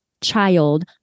child